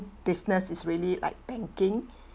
business is really like banking